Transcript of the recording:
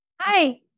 Hi